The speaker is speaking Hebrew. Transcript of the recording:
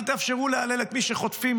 אל תאפשרו להלל את מי שחוטפים,